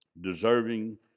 Deserving